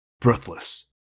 breathless